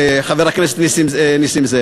חבר הכנסת נסים זאב.